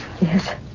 yes